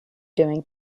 doing